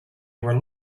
were